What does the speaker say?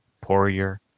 Poirier